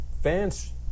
fans